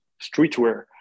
streetwear